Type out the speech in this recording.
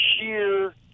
sheer